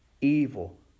evil